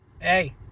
Hey